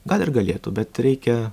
gal ir galėtų bet reikia